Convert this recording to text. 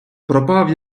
пропав